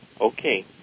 Okay